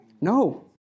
No